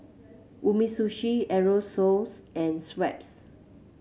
Umisushi Aerosoles and Schweppes